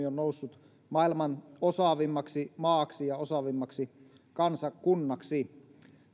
on noussut maailman osaavimmaksi maaksi ja osaavimmaksi kansakunnaksi